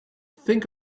think